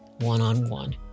one-on-one